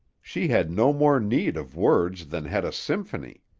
she had no more need of words than had a symphony.